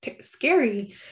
scary